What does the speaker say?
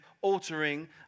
altering